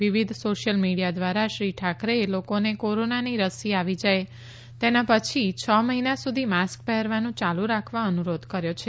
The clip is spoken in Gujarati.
વિવિધ સોશિયલ મીડીયા ધ્વારા શ્રી ઠાકરેએ લોકોને કોરોનાની રસી આવી જાય તેના પછી છ મહિના સુધી માસ્ક પહેરવાનું યાલુ રાખવા અનુરોધ કર્યો છે